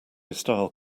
style